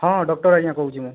ହଁ ଡକ୍ଟର୍ ଆଜ୍ଞା କହୁଛି ମୁଁ